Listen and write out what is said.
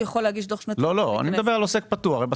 הוא יכול להגיש דו"ח שנתי --- אני מדבר על עוסק פטור.